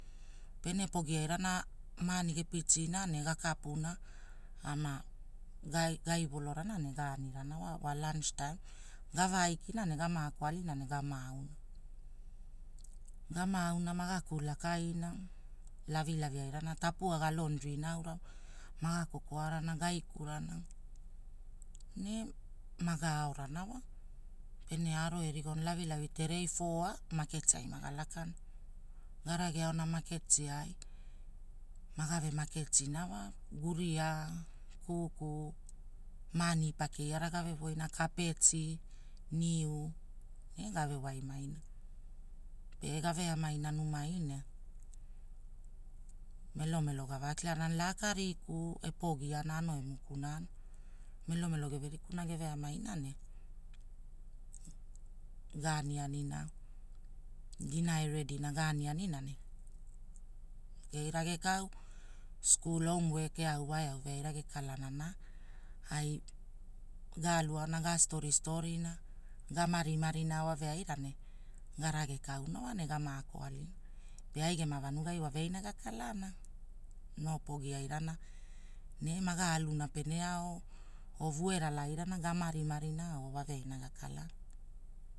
Ina, pe, rapa mae luaana maki waveaina mo, maga lakana. wo, femili vainera eveamina ne gekilana, elaka kaki ewa kori. Ne maga lakana kaka magave korena wa evuai, kaki ruruve gave gapina gave amaina oo aikina maga kilana, pe laka mamara ne maga lakana kari ga ga paina loku maga kokona. Maani gakwamuna, guliaa, runekou gave amai agirana. Pene voo gamaketi agirana, pene aikina wa ai ama lavilavi gama brekfaast aura wara pe, gave amai agirana ne. Gama aorana. Nemao gama gau ganirana pa wave aina. Pe wave aimo wa vanagai gamagulina wave ainamo. Gaku lakaina oo gema lontri omana gakilagiana, ia eoma tapua pe guligi ne galakana wa nanu gave guuna wane aina. Nanu guu maki karawai wara pe, nanu gave guura gave waimaina iva maga lakana wilbarona gapusina gaona gaveamaina, rauvagi ai gaona, geve amaina tapua guligi, maa au kwaua aikina, walinamo wa wailamo, rekea geveamaina noo ewai, ewai alewai ai pe